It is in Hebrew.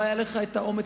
לא היה לך האומץ,